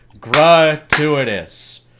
gratuitous